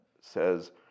says